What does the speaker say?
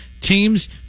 Teams